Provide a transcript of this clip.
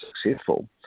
successful